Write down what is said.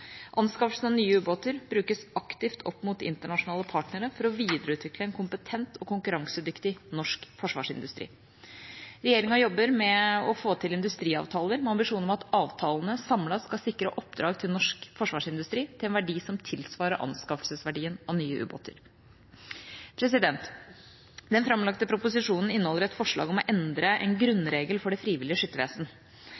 Anskaffelsen av nye ubåter brukes aktivt opp mot internasjonale partnere for å videreutvikle en kompetent og konkurransedyktig norsk forsvarsindustri. Regjeringa jobber med å få til industriavtaler med ambisjon om at avtalene samlet skal sikre oppdrag til norsk forsvarsindustri til en verdi som tilsvarer anskaffelsesverdien av nye ubåter. Den framlagte proposisjonen inneholder et forslag om å endre en